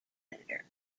editor